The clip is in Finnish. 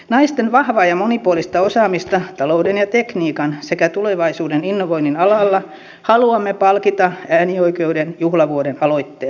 naisten vahvaa ja monipuolista osaamista talouden ja tekniikan sekä tulevaisuuden innovoinnin alalla haluamme palkita äänioikeuden juhlavuoden aloitteella